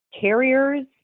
carriers